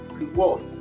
reward